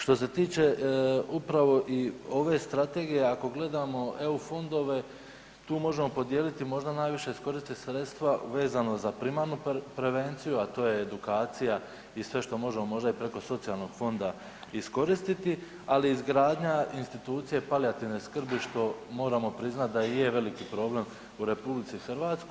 Što se tiče upravo i ove strategije ako gledamo EU fondove tu možemo podijeliti možda najviše iskoristiti sredstva vezano za primarnu prevenciju, a to je edukacija i sve što možemo možda i preko socijalnog fonda iskoristiti ali i izgradnja institucije palijativne skrbi što moramo priznati da i je veliki problem u RH.